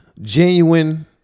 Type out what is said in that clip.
Genuine